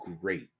great